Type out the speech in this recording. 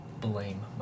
blame